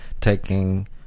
taking